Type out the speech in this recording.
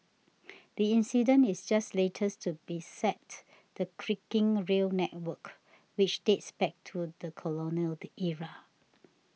the incident is just latest to beset the creaking rail network which dates back to the colonial the era